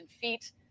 feet